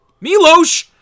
milosh